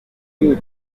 inzu